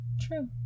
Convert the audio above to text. True